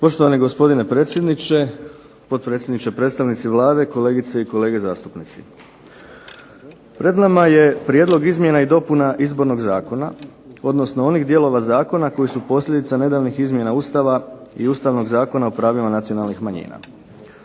Poštovani gospodine potpredsjedniče, predstavnici Vlade, kolegice i kolege zastupnici. Pred nama je Prijedlog izmjena i dopuna Izbornog zakona odnosno onih dijelova zakona koji su posljedica nedavnih izmjena Ustava i Ustavnog zakona o pravima nacionalnih manjina.